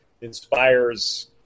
inspires